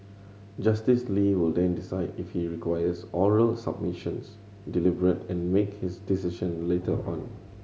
Justice Lee will then decide if he requires oral submissions deliberate and make his decision later on